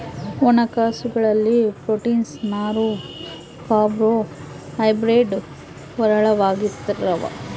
ಒಣ ಕಾಳು ಗಳಲ್ಲಿ ಪ್ರೋಟೀನ್ಸ್, ನಾರು, ಕಾರ್ಬೋ ಹೈಡ್ರೇಡ್ ಹೇರಳವಾಗಿರ್ತಾವ